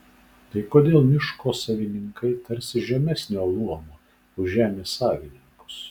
tai kodėl miško savininkai tarsi žemesnio luomo už žemės savininkus